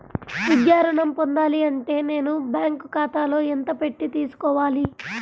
విద్యా ఋణం పొందాలి అంటే నేను బ్యాంకు ఖాతాలో ఎంత పెట్టి తీసుకోవాలి?